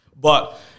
but-